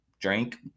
drink